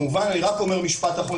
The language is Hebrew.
רק משפט אחרון